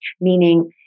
meaning